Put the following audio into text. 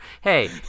Hey